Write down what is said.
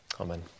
Amen